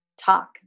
talk